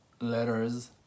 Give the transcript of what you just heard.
letters